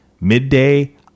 midday